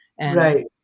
Right